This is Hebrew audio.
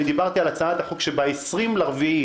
דיברתי על הצעת החוק שב-24 באפריל,